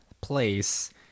place